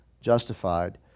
justified